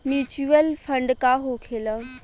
Mutual fund का होखेला?